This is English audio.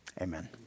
Amen